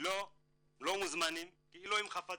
לא מוזמנים כאילו הם חפצים,